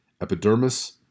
epidermis